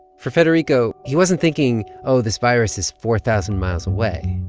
for federico, he wasn't thinking, oh, this virus is four thousand miles away.